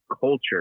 culture